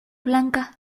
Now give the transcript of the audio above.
blanca